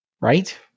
Right